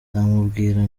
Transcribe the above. namubwira